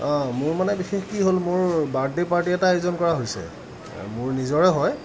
মোৰ মানে বিশেষ কি হ'ল মোৰ বাৰ্থডে' পাৰ্টি এটা আয়োজন কৰা হৈছে মোৰ নিজৰে হয়